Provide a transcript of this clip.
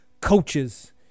coaches